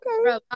Okay